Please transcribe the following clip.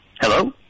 Hello